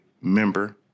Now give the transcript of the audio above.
member